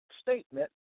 statement